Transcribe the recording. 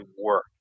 work